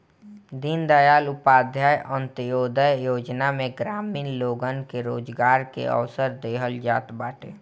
दीनदयाल उपाध्याय अन्त्योदय योजना में ग्रामीण लोगन के रोजगार के अवसर देहल जात बाटे